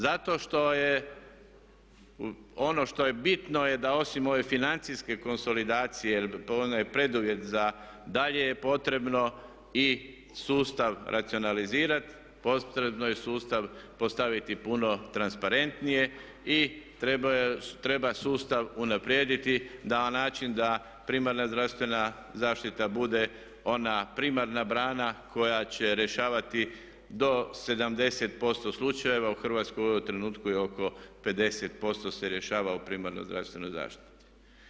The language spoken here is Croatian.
Zato što je ono što je bitno je da osim ove financijske konsolidacije, jer ona je preduvjet za dalje je potrebno i sustav racionalizirati, potrebno je sustav postaviti puno transparentnije i treba sustav unaprijediti na način da primarna zdravstvena zaštita bude ona primarna brana koja će rješavati do 70% slučajeva u Hrvatskoj u ovom trenutku je oko 50% se rješava u primarnoj zdravstvenoj zaštiti.